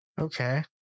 okay